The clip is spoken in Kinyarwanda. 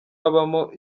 abamo